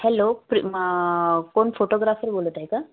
hello प्र कोण photographer बोलत आहे का